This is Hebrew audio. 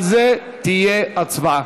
על זה תהיה הצבעה.